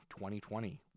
2020